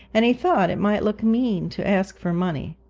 and he thought it might look mean to ask for money.